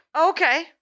Okay